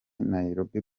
nairobi